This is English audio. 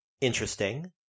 interesting